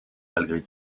malgré